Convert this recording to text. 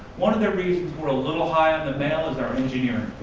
one of the reasons we're a little high on the male is our engineering,